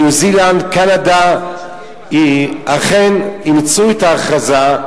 ניו-זילנד וקנדה אכן אימצו את ההכרזה,